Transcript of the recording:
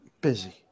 Busy